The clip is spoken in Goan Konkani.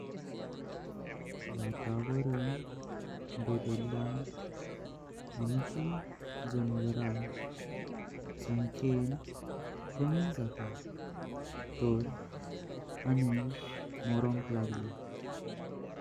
वातावरण बोधल्यां आमची जन्वारा संख्या कमी जाता तोर आणि मरणाक लागल्यां।